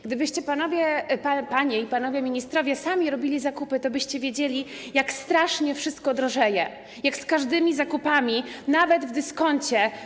Gdybyście panie i panowie ministrowie sami robili zakupy, byście wiedzieli, jak strasznie wszystko drożeje, jak jest z każdymi zakupami, nawet w dyskoncie.